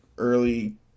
early